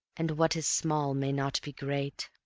and what is small may not be great.